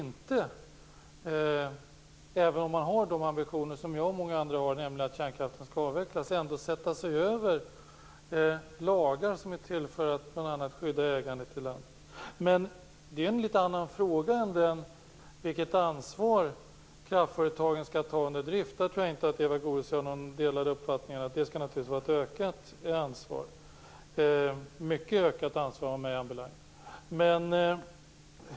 Även om man har de ambitioner som jag och många andra har, nämligen att kärnkraften skall avvecklas, kan man inte sätta sig över lagar som är till för att bl.a. skydda ägandet i landet. Men det är en annan fråga än vilket ansvar kraftföretagen skall ta under drift. Jag tror inte att Eva Goës och jag har delade meningar om det. Det skall naturligtvis vara ett större ansvar, mycket större vad mig anbelangar.